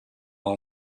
all